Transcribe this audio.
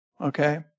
Okay